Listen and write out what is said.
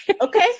Okay